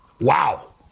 Wow